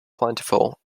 plentiful